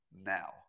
now